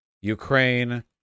Ukraine